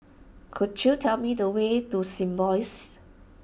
could you tell me the way to Symbiosis